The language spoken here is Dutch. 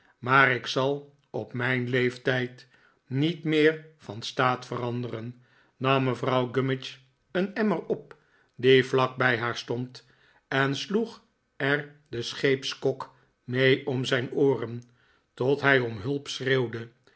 maar ik zal op mijn leeftijd niet meer van staat veranderen nam vrouw gummidge een emmer op die vlak bij haar stond en sloeg er den scheepskok mee om zijn ooren tot hij om hulp schreeuwde